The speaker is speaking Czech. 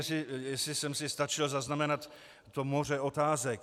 Nevím, jestli jsem si stačil zaznamenat to moře otázek.